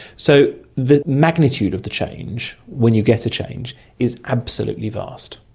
so the magnitude of the change when you get a change is absolutely vast.